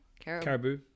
Caribou